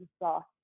exhausted